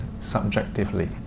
subjectively